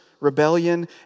rebellion